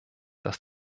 dass